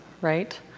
right